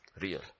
Real